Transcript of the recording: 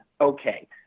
okay